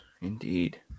indeed